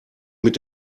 mit